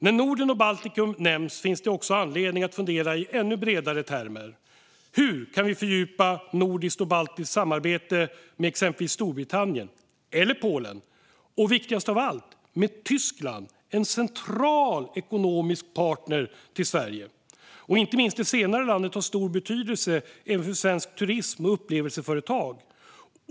När Norden och Baltikum nämns finns det också anledning att fundera i ännu bredare termer: Hur kan vi fördjupa nordiskt och baltiskt samarbete med exempelvis Storbritannien eller Polen och, viktigast av allt, med Tyskland som är en central ekonomisk partner till Sverige. Inte minst det senare landet har stor betydelse även för svensk turism och upplevelseföretag.